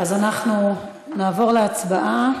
אנחנו נעבור להצבעה.